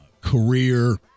career